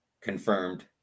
confirmed